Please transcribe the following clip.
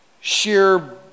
sheer